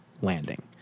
landing